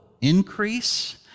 increase